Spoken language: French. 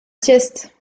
sieste